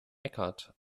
eckhart